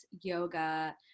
yoga